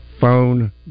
phone